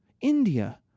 India